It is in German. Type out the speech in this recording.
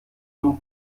und